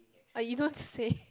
uh you don't say